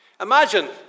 Imagine